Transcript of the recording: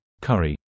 curry